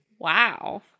Wow